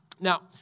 Now